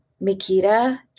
mikita